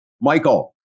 Michael